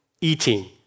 eating